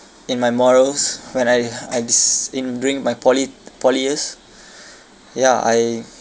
in my morals when I I des~ in during my poly poly years ya I